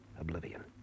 oblivion